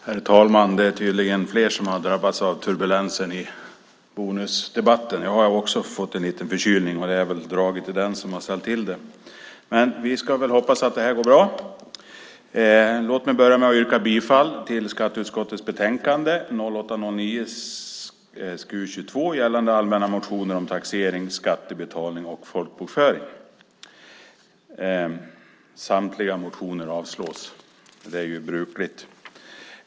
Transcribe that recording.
Herr talman! Låt mig börja med att yrka bifall till förslaget i skatteutskottets betänkande 2008/09:SkU22, Allmänna motioner om taxering, skattebetalning och folkbokföring . Samtliga motioner avstyrks, vilket är brukligt.